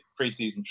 preseason